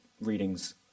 readings